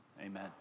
Amen